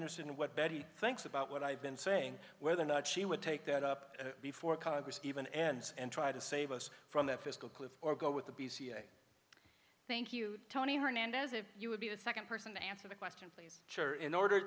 interested in what betty thanks about what i've been saying whether or not she would take that up before congress even ends and try to save us from the fiscal cliff or go with the b c s thank you tony hernandez if you would be the second person to answer the question please sure in order